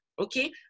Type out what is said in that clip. Okay